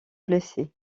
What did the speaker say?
blessé